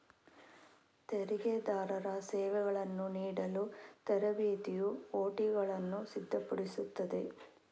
ತೆರಿಗೆದಾರರ ಸೇವೆಗಳನ್ನು ನೀಡಲು ತರಬೇತಿಯು ಒ.ಟಿಗಳನ್ನು ಸಿದ್ಧಪಡಿಸುತ್ತದೆ